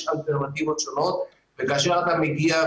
יש אלטרנטיבות שונות וכאשר אתה מגיע,